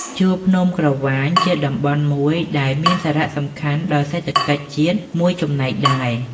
ជួរភ្នំក្រវាញ ជាតំបន់មួយដែលមានសារសំខាន់ដល់សេដ្ឋកិច្ច ជាតិមួយចំណែកដែរ ។